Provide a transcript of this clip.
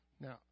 Now